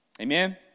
Amen